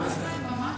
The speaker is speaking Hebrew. ממש.